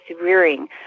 rearing